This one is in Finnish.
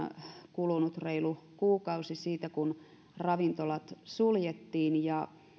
kulunut reilu kuukausi siitä kun ravintolat suljettiin ja